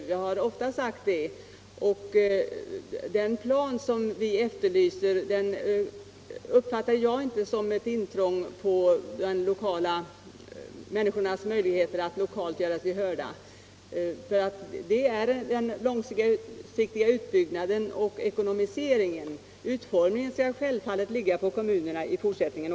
Vi har ofta sagt det, och den plan som vi efterlyser uppfattar jag inte som ett intrång i människornas möjlighet att kommunalt göra sig hörda, utan den gäller den långsiktiga utbyggnaden och ekonomiseringen. Utformningen skall självfallet ankomma på kommunerna även i-fortsättningen.